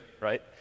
right